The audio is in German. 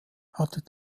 hatte